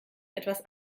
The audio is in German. etwas